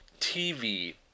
TV